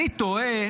אני תוהה